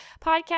podcast